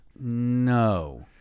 No